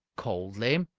coldly.